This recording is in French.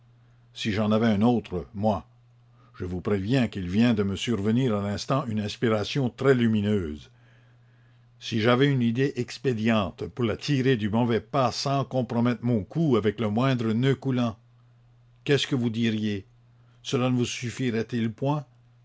si j'en avais un autre moi je vous préviens qu'il vient de me survenir à l'instant une inspiration très lumineuse si j'avais une idée expédiente pour la tirer du mauvais pas sans compromettre mon cou avec le moindre noeud coulant qu'est-ce que vous diriez cela ne vous suffirait-il point